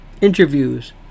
interviews